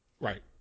Right